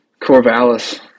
Corvallis